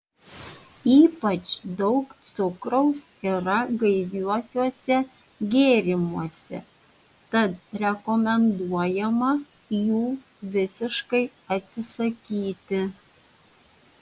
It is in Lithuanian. ypač daug cukraus yra gaiviuosiuose gėrimuose tad rekomenduojama jų visiškai atsisakyti